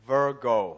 Virgo